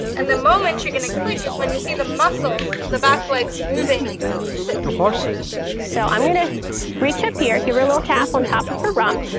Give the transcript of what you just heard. and the moment you're going to click is when you see the muscles of the back legs moving into the sit. to horses. so i'm going to reach up here, give her a little tap on top of her rump.